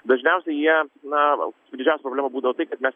dažniausiai jie na didžiausia problema būdavo tai kad mes